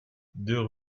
deux